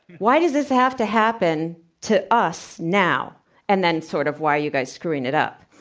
why does this have to happen to us now and then sort of why are you guys screwing it up?